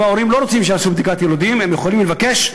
אם ההורים לא רוצים שיעשו בדיקת יילודים הם יכולים לבקש,